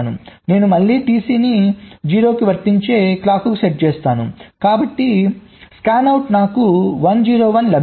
నేను మళ్ళీ TC ని 0 వర్తించే క్లాక్ కు సెట్ చేసాను కాబట్టి స్కానౌట్ నాకు 1 0 1 లభిస్తుంది